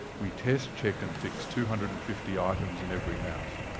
we test, check and fix two hundred and fifty items in every house.